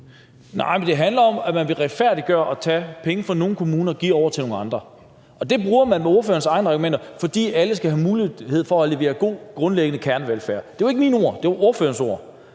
(NB): Men det handler om, at man vil retfærdiggøre det, at man tager penge fra nogle kommuner og giver dem til nogle andre. Det bruger man ifølge ordførerens egne argumenter, fordi alle skal have mulighed for at levere god grundlæggende kernevelfærd. Det er jo ikke mine ord, det var ordførerens ord.